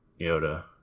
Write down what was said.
Yoda